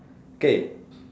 key